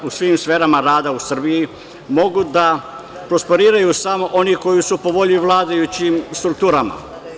U svim sferama rada u Srbiji mogu da prosperiraju samo oni koji su po volji vladajućim strukturama.